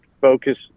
focus